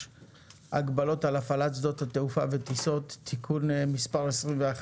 (הוראת שעה) (הגבלות על הפעלת שדות תעופה וטיסות) (תיקון מס' 2),